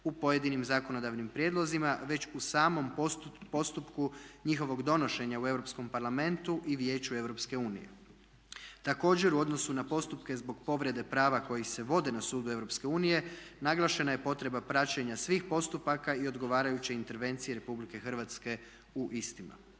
u pojedinim zakonodavnim prijedlozima već u samom postupku njihovog donošenja u Europskom parlamentu i Vijeću Europske unije. Također u odnosu na postupke zbog povrede povreda prava koji se vode na sudu Europske unije naglašena je provedba praćenja svih postupaka i odgovarajuće intervencije Republike Hrvatske u istima.